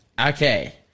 Okay